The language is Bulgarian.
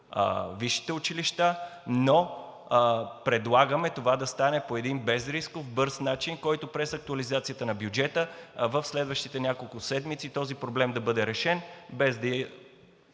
висшите училища, но предлагаме това да стане по един безрисков, бърз начин, който е през актуализацията на бюджета, в следващите няколко седмици този проблем да бъде решен, без да